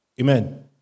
Amen